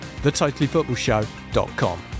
thetotallyfootballshow.com